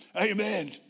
amen